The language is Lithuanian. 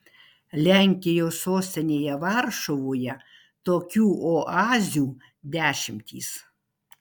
lenkijos sostinėje varšuvoje tokių oazių dešimtys